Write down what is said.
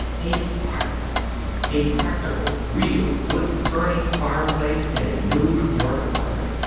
a fireplace a practical, real, wood-burning fireplace in a new york apartment!